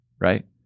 right